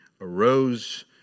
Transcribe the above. arose